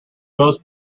most